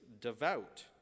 devout